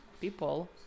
people